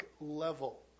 level